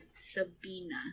Sabina